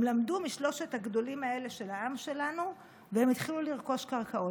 הם למדו משלושת הגדולים האלה של העם שלנו והם התחילו לרכוש קרקעות.